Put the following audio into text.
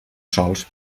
sols